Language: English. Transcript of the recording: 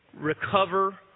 recover